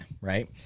right